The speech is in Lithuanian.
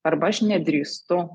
arba aš nedrįstu